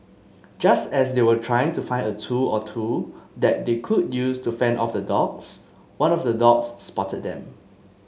just as they were trying to find a tool or two that they could use to fend off the dogs one of the dogs spotted them